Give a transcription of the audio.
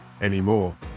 anymore